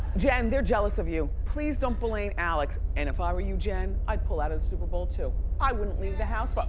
jen, they're jealous of you. please don't blame alex. and if i were you, jen, i'd pull out of the super bowl, too. i wouldn't leave the house but